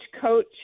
coach